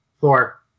Four